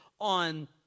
on